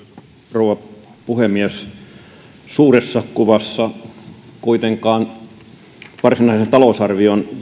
rouva puhemies suuressa kuvassa kuitenkaan varsinaisen talousarvion